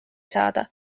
saada